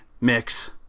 mix